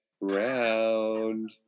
round